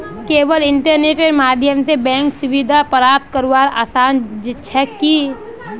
केवल इन्टरनेटेर माध्यम स बैंक सुविधा प्राप्त करवार आसान छेक की